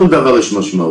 לכל דבר יש משמעות.